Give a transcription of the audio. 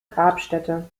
grabstätte